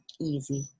easy